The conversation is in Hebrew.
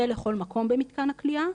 ולכל מקום במתקן הכליאה.